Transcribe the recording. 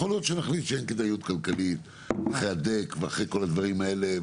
יכול להיות שנחליט שאין כדאיות כלכלית אחרי הדק ואחרי כל הדברים האלה.